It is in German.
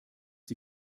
die